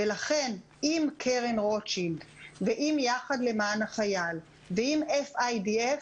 ולכן עם קרן רוטשילד ועם "יחד למען החייל" ועם FIDF